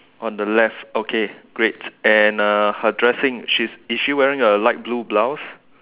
on the left okay great and uh her dressing she is she wearing a light blue blouse